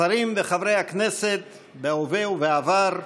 שרים וחברי הכנסת בהווה ובעבר,